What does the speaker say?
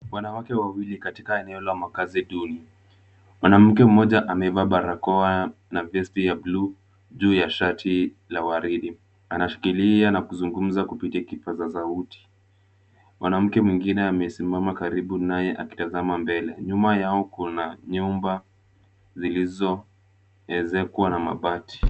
Wanawake wawili katika eneo la makaazi duni. Mwanamke mmoja amevaa barakoa na vesti ya bluu juu ya shati la waridi. Anashikilia na kuzungumza kupitia kipaza sauti. Mwanamke mwingine amesimama karibu naye akitazama mbele. Nyuma yao kuna nyumba zilizoezekwa na mabati.